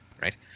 right